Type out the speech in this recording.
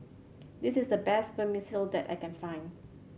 this is the best Vermicelli that I can find